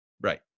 Right